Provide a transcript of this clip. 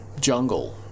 jungle